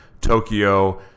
tokyo